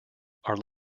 are